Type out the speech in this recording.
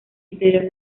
interior